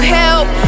help